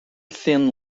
thin